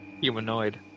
humanoid